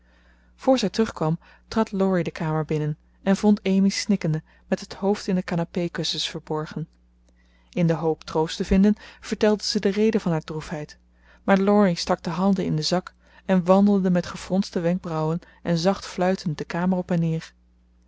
zij terugkwam trad laurie de kamer binnen en vond amy snikkende met het hoofd in de canapékussens verborgen in de hoop troost te vinden vertelde ze de reden van haar droefheid maar laurie stak de handen in den zak en wandelde met gefronste wenkbrauwen en zacht fluitend de kamer op en neer